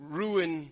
ruin